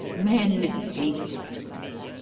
men hate them!